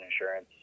insurance